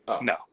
No